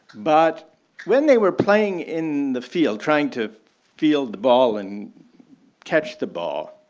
but when they were playing in the field trying to field the ball and catch the ball,